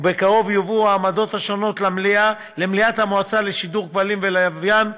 ובקרוב יובאו העמדות למליאת המועצה לשידורי כבלים ולשידורי לוויין,